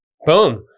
Boom